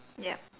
yup